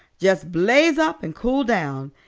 just blaze up and cool down,